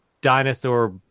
dinosaur